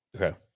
okay